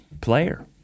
player